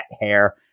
hair